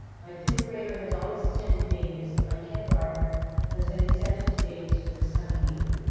my fifth grader has always attended davis and my kindergartener has been accepted to davis for this coming year.